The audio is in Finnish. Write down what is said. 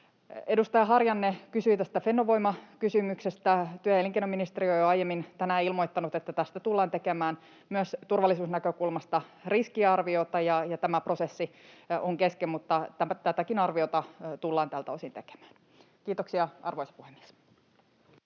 Edustaja Harjanne kysyi tästä Fennovoima-kysymyksestä. Työ- ja elinkeinoministeriö on jo aiemmin tänään ilmoittanut, että tästä tullaan tekemään myös turvallisuusnäkökulmasta riskiarviota ja tämä prosessi on kesken. Mutta tätäkin arviota tullaan tältä osin tekemään. — Kiitoksia, arvoisa puhemies.